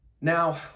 Now